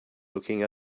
looking